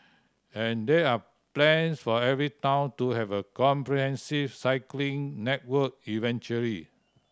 and there are plan for every town to have a comprehensive cycling network eventually